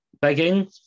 begging